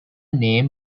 name